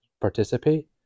participate